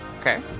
Okay